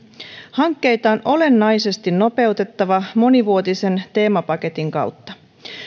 hankkeita on olennaisesti nopeutettava monivuotisen teemapaketin kautta